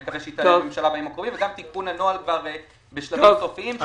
נקווה שהיא תגיע לממשלה בימים הקרובים וגם תיקון הנוהל בשלבים סופיים.